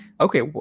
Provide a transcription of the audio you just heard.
Okay